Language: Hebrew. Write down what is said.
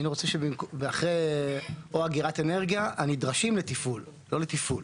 היינו רוצים שאחרי או אגירת אנרגיה הנדרשים לתפעול לא לתפעול,